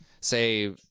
say